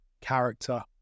character